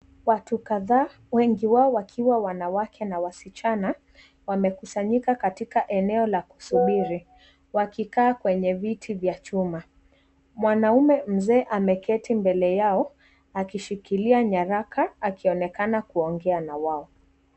Watu kadhaa wengi wao wakiwa wanawake na wasichana wamekusanyika katika eneo la kusubiri wakikaa kwenye viti za chuma. Mwanaume mzee ameketi mbele yao akishikilia nyaraka akionekana kuongea na wao.